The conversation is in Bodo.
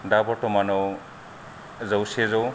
दा बर्थमानाव जौसे जौ